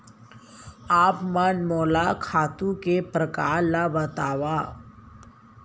आप मन मोला खातू के प्रकार ल बतावव?